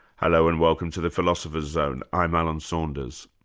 hello and welcome to the philosopher's zone, i'm alan saunders.